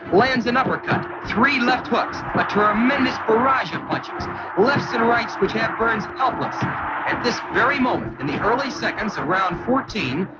lands an uppercut, three left hooks a tremendous barrage of punches lefts and rights, which have burns helpless. at this very moment, in the early seconds of round fourteen,